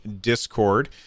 Discord